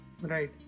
Right